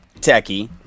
Techie